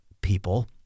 people